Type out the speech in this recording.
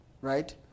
right